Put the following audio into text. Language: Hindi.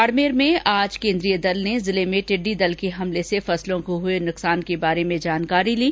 बाड़मेर में आज केन्द्रीय दल ने जिले में टिड्डी दल के हमले से फसलों को हुए नुकसान के बारे में जानकारी ली